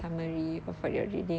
oh